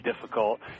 difficult